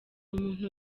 umuntu